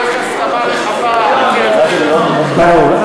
יש הסכמה רחבה, ברור.